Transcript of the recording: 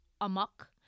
amok